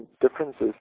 differences